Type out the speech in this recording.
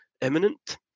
imminent